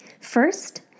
First